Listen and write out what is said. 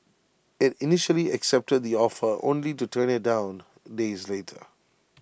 IT initially accepted the offer only to turn IT down days later